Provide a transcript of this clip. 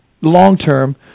long-term